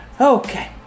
okay